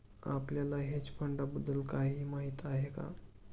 आपल्याला हेज फंडांबद्दल काही माहित आहे का?